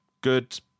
good